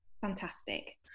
Fantastic